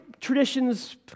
traditions